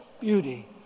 beauty